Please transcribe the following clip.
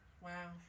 Wow